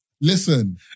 listen